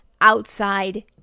outside